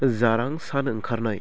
जारां सान ओंखारनाय